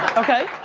okay.